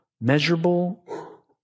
measurable